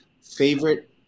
Favorite